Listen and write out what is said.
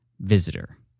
visitor